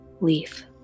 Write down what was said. leaf